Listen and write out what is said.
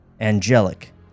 angelic